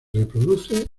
reproduce